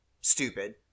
stupid